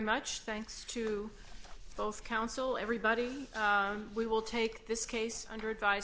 much thanks to both counsel everybody we will take this case under advi